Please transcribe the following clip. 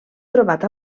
trobat